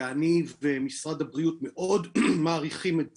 ואני ומשרד הבריאות מאוד מעריכים את זה.